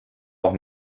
auch